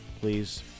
please